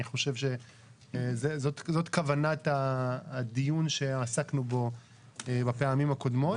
זאת כוונת הדיון שעסקנו בו בפעמים הקודמות.